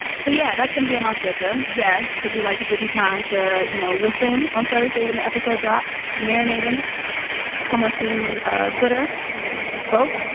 so, yeah. that's gonna be on our twitter yes. because we like to give you time to, you know, listen. on thursday, when the episode drops, marinate in it come on to twitter vote.